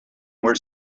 were